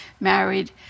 married